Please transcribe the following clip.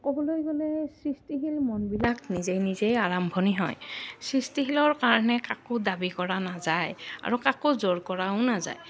ক'বলৈ গ'লে সৃষ্টিশীল মনবিলাক নিজেই নিজেই আৰম্ভণি হয় সৃষ্টিশীলৰ কাৰণে কাকো দাবী কৰা নাযায় আৰু কাকো জোৰ কৰাও নাযায়